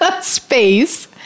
space